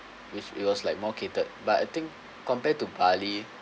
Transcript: which it was like more catered but I think compared to bali